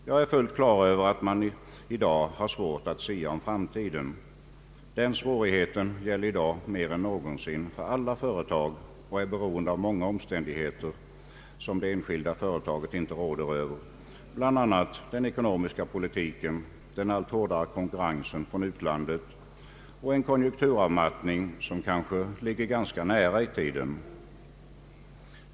Jag är fullt klar över att man i dag har svårt att sia om framtiden, den svårigheten gäller i dag mer än någonsin för alla företag och är beroende av många omständigheter som det enskilda företaget inte råder över, bl.a. den ekonomiska politiken, den allt hårdare konkurrensen från utlandet och en konjunkturavmattning som kanske ligger ganska nära i tiden.